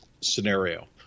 scenario